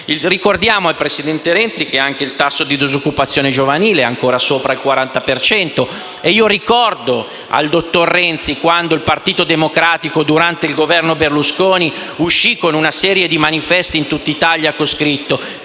Ricordiamo al presidente Renzi che anche il tasso di disoccupazione giovanile è ancora sopra il 40 per cento. Ricordo al Presidente del Consiglio quando il Partito Democratico, durante il Governo Berlusconi, uscì con una serie di manifesti in tutta Italia con su scritto: